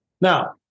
Now